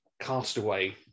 castaway